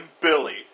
Billy